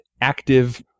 active